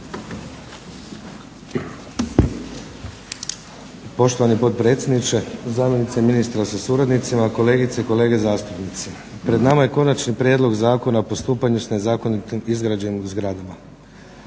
Poštovani potpredsjedniče, zamjenice ministra sa suradnicima, kolegice i kolege zastupnici. Pred nama je Konačni prijedlog Zakona o postupanju s nezakonito izgrađenim zgradama.